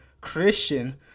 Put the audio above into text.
Christian